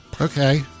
Okay